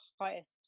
highest